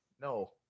No